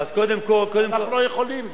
אנחנו לא יכולים,